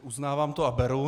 Uznávám to a beru.